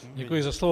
Děkuji za slovo.